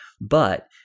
But-